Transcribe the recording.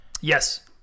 yes